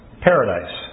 paradise